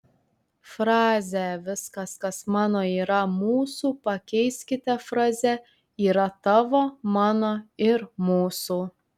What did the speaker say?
frazę viskas kas mano yra mūsų pakeiskite fraze yra tavo mano ir mūsų